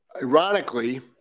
Ironically